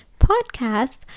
podcast